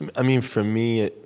and i mean, for me,